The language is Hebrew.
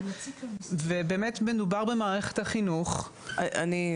באמת מדובר במערכת החינוך- -- סליחה,